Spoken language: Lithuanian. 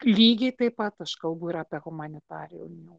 lygiai taip pat aš kalbu ir apie humanitarinių